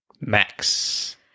Max